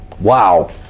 Wow